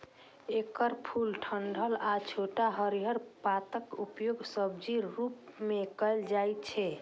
एकर फूल, डंठल आ छोट हरियर पातक उपयोग सब्जीक रूप मे कैल जाइ छै